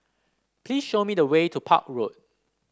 please show me the way to Park Road